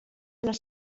les